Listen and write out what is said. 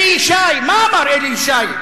אלי ישי, מה אמר אלי ישי?